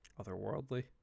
otherworldly